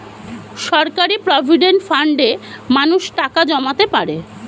সরকারি প্রভিডেন্ট ফান্ডে মানুষ টাকা জমাতে পারে